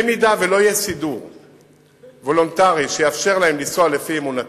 במידה שלא יהיה סידור וולונטרי שיאפשר להם לנסוע לפי אמונתם,